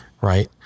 right